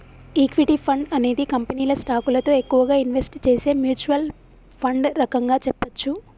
equity fund అనేది కంపెనీల స్టాకులలో ఎక్కువగా ఇన్వెస్ట్ చేసే మ్యూచ్వల్ ఫండ్ రకంగా చెప్పచ్చు